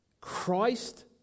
Christ